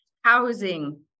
housing